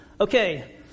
Okay